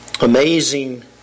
Amazing